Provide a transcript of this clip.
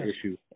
issue